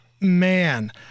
Man